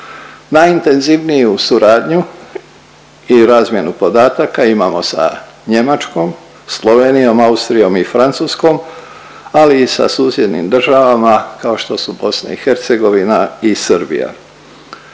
Najintenzivniju suradnju i razmjenu podataka imamo sa Njemačkom, Slovenijom, Austrijom i Francuskom ali i sa susjednim državama kao što su i BiH i Srbija.